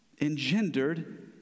engendered